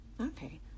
Okay